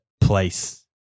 place